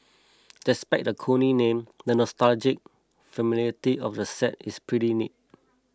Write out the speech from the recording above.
despite the corny name the nostalgic familiarity of the set is pretty neat